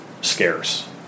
scarce